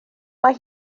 mae